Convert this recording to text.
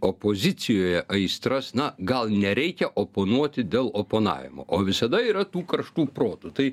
opozicijoje aistras na gal nereikia oponuoti dėl oponavimo o visada yra tų kraštų protų tai